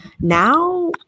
Now